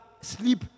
sleep